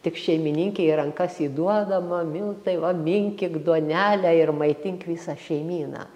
tik šeimininkei į rankas įduodama miltai va minkyk duonelę ir maitink visą šeimyną